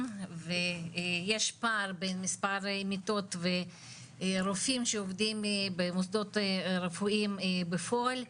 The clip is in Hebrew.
ויש פער בין מספר מיטות ורופאים שעובדים במוסדות רפואיים בפועל,